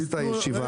נעשתה ישיבה.